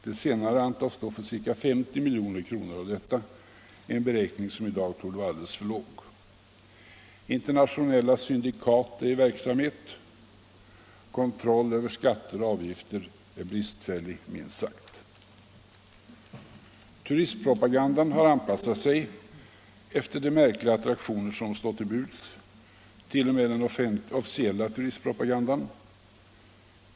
De senare antas stå för ca 50 milj.kr. av detta, en beräkning som i dag torde vara alltför låg. Internationella syndikat är i verksamhet, och kontrollen över skatter och avgifter är bristfällig, minst sagt. Turistpropagandan har anpassat sig efter de märkliga attraktioner som står till buds — 1. o. m. den officiella turistpropagandan.